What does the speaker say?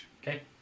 Okay